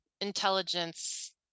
intelligence